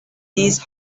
these